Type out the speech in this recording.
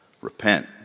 repent